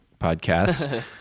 podcast